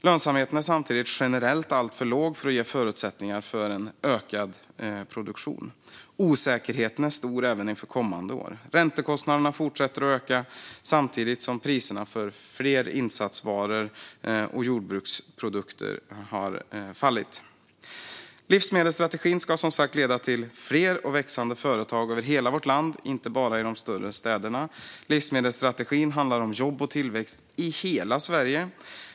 Lönsamheten är samtidigt generellt alltför låg för att ge förutsättningar för en ökad produktion. Osäkerheten är stor även inför kommande år; räntekostnaderna fortsätter att öka, liksom priserna på flera insatsvaror, medan priserna på jordbruksprodukter har fallit. Livsmedelsstrategin ska som sagt leda till fler och växande företag över hela vårt land, inte bara i de större städerna. Livsmedelsstrategin handlar om jobb och tillväxt i hela Sverige.